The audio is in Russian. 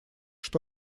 что